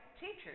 teachers